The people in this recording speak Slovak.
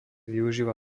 využíva